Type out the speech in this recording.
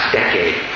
decade